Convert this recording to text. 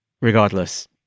Regardless